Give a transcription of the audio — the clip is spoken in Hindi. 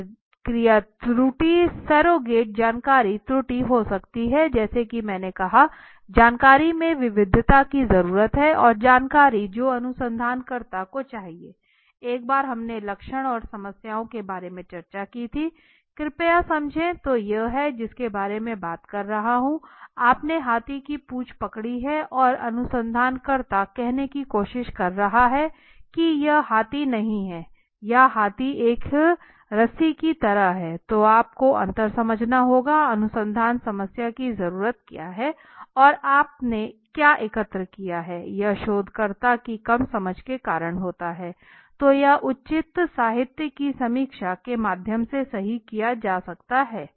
प्रतिक्रिया त्रुटि सरोगेट जानकारी त्रुटि हो सकती है जैसा कि मैंने कहा जानकारी में विविधता की जरूरत है और जानकारी जो अनुसंधानकर्ता को चाहिए एक बार हमने लक्षण और समस्याओं के बारे में चर्चा की थी कृपया समझें तो यह है जिसके बारे में बात कर रहा हूँ आप ने हाथी की पूंछ पकड़ी हैं और अनुसंधानकर्ता कहने की कोशिश कर रहा कि यह हाथी नहीं हैं या हाथी एक रस्सी की तरह हैं तो आप को अंतर समझना होगा अनुसंधान समस्या की जरूरत क्या है और आपने क्या एकत्र किया है यह शोधकर्ता की कम समझ के कारण होता है तो यह उचित साहित्य की समीक्षा के माध्यम से सही किया जा सकता है